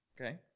Okay